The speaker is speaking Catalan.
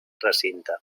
recinte